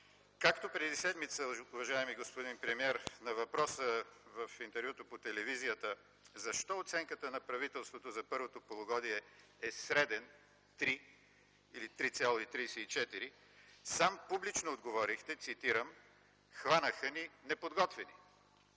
Както преди седмица, уважаеми господин премиер, на въпрос в интервю по телевизията защо оценката на правителството за първото полугодие е среден 3 или 3,34, сам публично отговорихте, цитирам, „Хванаха ни неподготвени”.